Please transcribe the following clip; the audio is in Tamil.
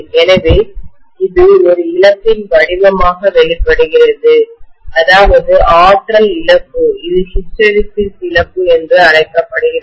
எனவே இது ஒரு இழப்பின் வடிவமாக வெளிப்படுகிறது அதாவது ஆற்றல் இழப்பு இது ஹிஸ்டெரெசிஸ் இழப்பு என்று அழைக்கப்படுகிறது